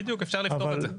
בדיוק, אפשר לכתוב את זה.